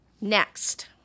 Next